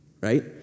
right